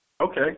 Okay